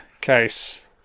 case